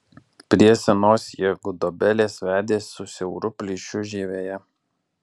prie senos jie gudobelės vedė su siauru plyšiu žievėje